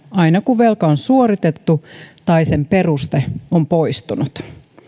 aina kun velka on suoritettu tai sen peruste on poistunut